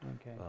Okay